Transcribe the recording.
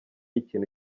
ikintu